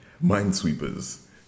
minesweepers